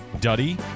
Duddy